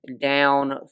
down